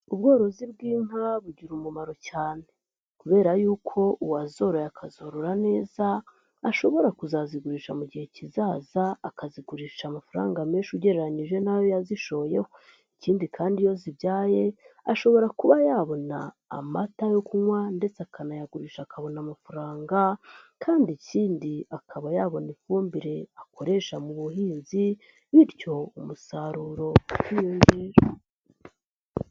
Ubworozi bw'inka bugira umumaro cyane kubera yuko uwazoroye akazorora neza ashobora kuzazigurisha mu gihe kizaza akazigurisha amafaranga menshi ugereranyije n'ayo yazishoye, ikindi kandi iyo zibyaye ashobora kuba yabona amata yo kunywa ndetse akanayagurisha akabona amafaranga kandi ikindi akaba yabona ifumbire akoresha mu buhinzi, bityo umusaruro ukiyongera.